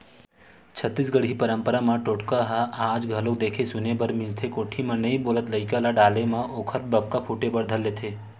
छत्तीसगढ़ी पंरपरा म टोटका ह आज घलोक देखे सुने बर मिलथे कोठी म नइ बोलत लइका ल डाले म ओखर बक्का फूटे बर धर लेथे